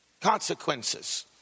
consequences